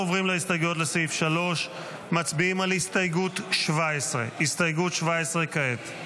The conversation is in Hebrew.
אנחנו עוברים להסתייגויות לסעיף 3. מצביעים על הסתייגות 17. הסתייגות 17 כעת,